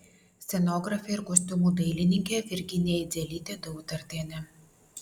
scenografė ir kostiumų dailininkė virginija idzelytė dautartienė